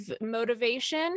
motivation